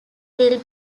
will